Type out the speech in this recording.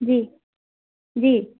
G G